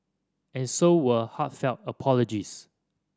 and so were heartfelt apologies